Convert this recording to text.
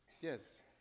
Yes